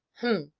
hum!